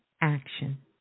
action